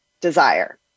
desire